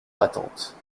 attente